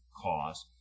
cause